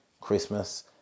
Christmas